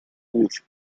bush